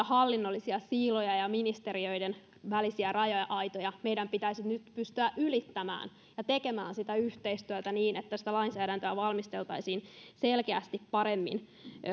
hallinnollisia siiloja ja ministeriöiden välisiä raja aitoja meidän pitäisi nyt pystyä ylittämään ja tekemään sitä yhteistyötä niin että lainsäädäntöä valmisteltaisiin selkeästi paremmin